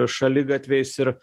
šaligatviais ir